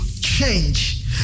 change